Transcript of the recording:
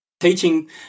teaching